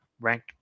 ranked